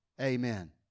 Amen